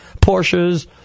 Porsches